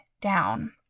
down